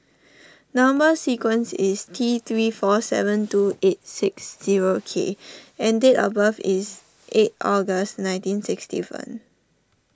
Number Sequence is T three four seven two eight six zero K and date of birth is eight August nineteen sixty one